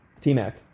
T-Mac